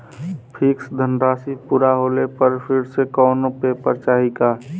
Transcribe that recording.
Fix धनराशी पूरा होले पर फिर से कौनो पेपर चाही का?